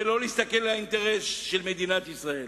ולא להסתכל על האינטרס של מדינת ישראל.